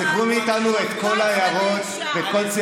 אז תחסכו מאיתנו את כל ההערות ואת כל,